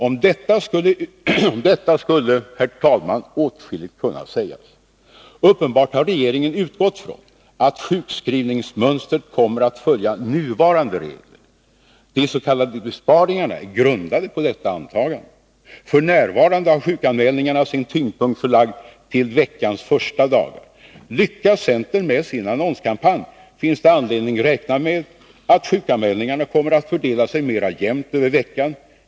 Om detta skulle åtskilligt kunna sägas. Uppenbart har regeringen utgått från att sjukskrivningsmönstret kommer att följa nuvarande regler. De s.k. besparingarna är ju grundade på detta antagande. F. n. har sjukanmälningarna sin tyngdpunkt förlagd till veckans första dagar. Lyckas centern med sin annonskampanj finns det anledning räkna med att sjukanmälningarna kommer att fördela sig mera jämnt över veckan.